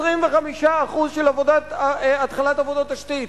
25% של התחלת עבודות תשתית.